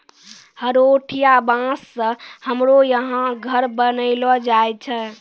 हरोठिया बाँस से हमरो यहा घर बनैलो जाय छै